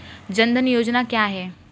जनधन योजना क्या है?